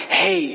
hey